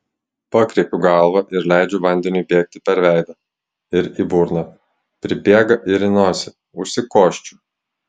pakreipiu galvą ir leidžiu vandeniui bėgti per veidą ir į burną pribėga ir į nosį užsikosčiu